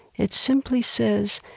it simply says,